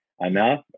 enough